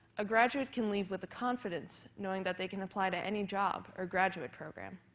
a graduate can leave with the confidence knowing that they can apply to any job or graduate program.